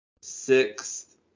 sixth